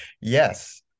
yes